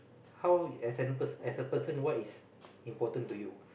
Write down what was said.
how as an as a person what is important to you